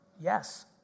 Yes